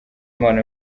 impano